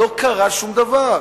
לא קרה שום דבר.